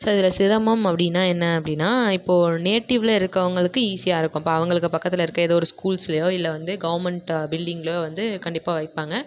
so இதில் சிரமம் அப்படின்னா என்ன அப்படின்னா இப்போ நேட்டிவ்வில் இருக்கவங்களுக்கு ஈசியாக இருக்கும் இப்போ அவங்களுக்கு பக்கத்தில் இருக்க ஏதோ ஒரு ஸ்கூல்ஸ்லையோ இல்லை வந்து கவர்மெண்ட் பில்டிங்லையோ வந்து கண்டிப்பாக வைப்பாங்க